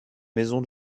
maison